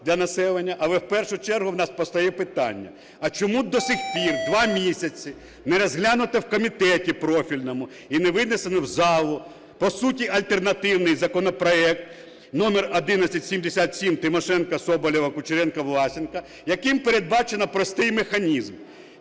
Але в першу чергу у нас постає питання: а чому до сих пір, два місяці не розглянуто в комітеті профільному і не винесено в залу по суті альтернативний законопроект номер 1177 Тимошенко, Соболєва, Кучеренка, Власенка, яким передбачено простий механізм